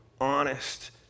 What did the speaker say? honest